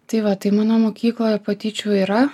tai va tai mano mokykloje patyčių yra